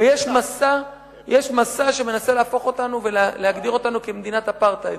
יש מסע שמנסה להפוך אותנו ולהגדיר אותנו כמדינת אפרטהייד.